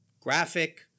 graphic